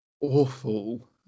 awful